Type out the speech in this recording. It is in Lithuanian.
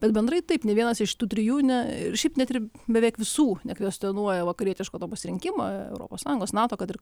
bet bendrai taip nei vienas iš šitų trijų ne ir šiaip net ir beveik visų nekvestionuoja vakarietiško to pasirinkimo europos sąjungos nato kad ir